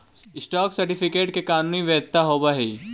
stock certificate के कानूनी वैधता होवऽ हइ